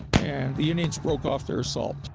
and the indians broke off their assault.